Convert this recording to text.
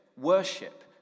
Worship